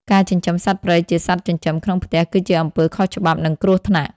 ការចិញ្ចឹមសត្វព្រៃជាសត្វចិញ្ចឹមក្នុងផ្ទះគឺជាអំពើខុសច្បាប់ និងគ្រោះថ្នាក់។